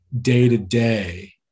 day-to-day